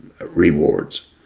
rewards